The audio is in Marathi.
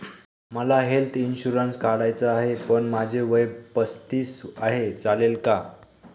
मला हेल्थ इन्शुरन्स काढायचा आहे पण माझे वय पस्तीस आहे, चालेल का?